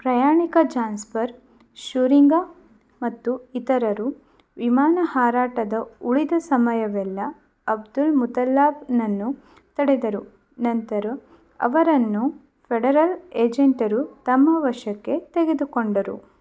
ಪ್ರಯಾಣಿಕ Jasper Schuringa ಮತ್ತು ಇತರರು ವಿಮಾನ ಹಾರಾಟದ ಉಳಿದ ಸಮಯವೆಲ್ಲ ಅಬ್ದುಲ್ ಮುತಲ್ಲಾಬ್ನನ್ನು ತಡೆದರು ನಂತರ ಅವರನ್ನು ಫೆಡರಲ್ ಏಜೆಂಟರು ತಮ್ಮ ವಶಕ್ಕೆ ತೆಗೆದುಕೊಂಡರು